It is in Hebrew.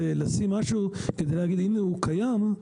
לשים משהו כדי להגיד 'הנה הוא קיים'.